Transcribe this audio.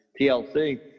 TLC